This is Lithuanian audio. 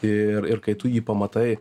ir ir kai tu jį pamatai